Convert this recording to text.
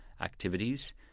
activities